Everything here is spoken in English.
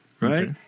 Right